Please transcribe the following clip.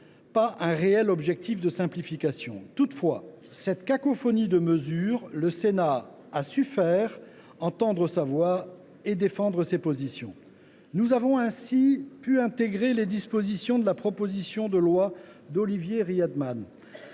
pas à un réel objectif de simplification. Toutefois, dans cette cacophonie de mesures, le Sénat a su faire entendre sa voix et défendre ses positions. Nous avons ainsi pu intégrer au texte les dispositions de la proposition de loi d’Olivier Rietmann